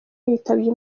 yitabye